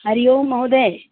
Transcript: हरिः ओं महोदय